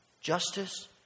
Justice